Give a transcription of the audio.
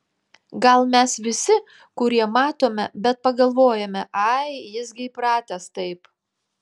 gal mes visi kurie matome bet pagalvojame ai jis gi įpratęs taip